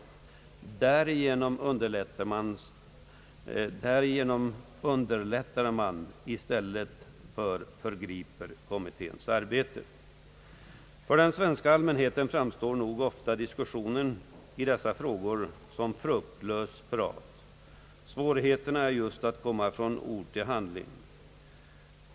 Därigenom underlättar man i stället för föregriper kommitténs arbete. För den svenska allmänheten framstår nog också ofta diskussionen i dessa frågor som fruktlöst prat. Svårigheten är just att komma från ord till handling.